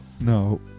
No